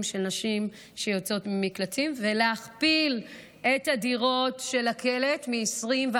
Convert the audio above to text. של נשים שיוצאות ממקלטים ולהכפיל את הדירות של הקלט מ-21,